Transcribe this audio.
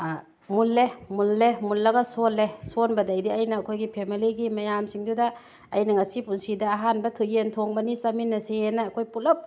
ꯃꯨꯜꯂꯦ ꯃꯨꯜꯂꯦ ꯃꯨꯜꯂꯒ ꯁꯣꯜꯂꯦ ꯁꯣꯟꯕꯗꯒꯤꯗꯤ ꯑꯩꯅ ꯑꯩꯈꯣꯏꯒꯤ ꯐꯦꯃꯤꯂꯤꯒꯤ ꯃꯌꯥꯝꯁꯤꯡꯗꯨꯗ ꯑꯩꯅ ꯉꯁꯤ ꯄꯨꯟꯁꯤꯗ ꯑꯍꯥꯟꯕ ꯌꯦꯟ ꯊꯣꯡꯕꯅꯤ ꯆꯥꯃꯤꯟꯅꯁꯦꯅ ꯑꯩꯈꯣꯏ ꯄꯨꯂꯞ